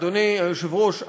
אדוני היושב-ראש,